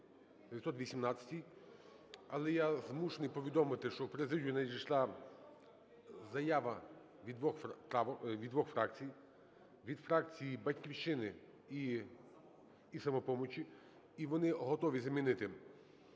Але я змушений повідомити, що в президію надійшла заява від двох фракцій: від фракції "Батьківщини" і "Самопомочі". І вони готові замінити